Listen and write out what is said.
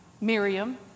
Miriam